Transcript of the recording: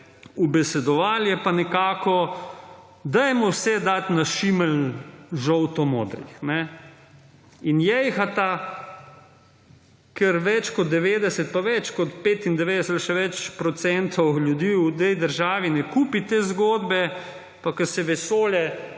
ubesedovali -, je pa nekako: »Dajmo vse dat na šimelj žolto modrih… » In, jejhata, ker več kot 90 pa več kot 95 ali še več procentov ljudi v tej državi ne kupi te zgodbe, pa ker se vesolje